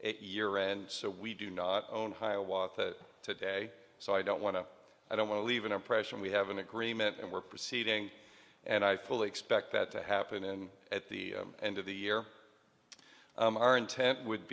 it year and so we do not own hiawatha today so i don't want to i don't want to leave an impression we have an agreement and we're proceeding and i fully expect that to happen and at the end of the year our intent would